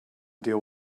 deal